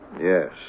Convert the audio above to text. Yes